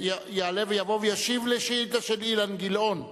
השר יעלה ויבוא וישיב על שאילתא של חבר הכנסת אילן גילאון בנושא: